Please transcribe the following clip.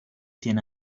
cien